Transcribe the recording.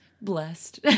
blessed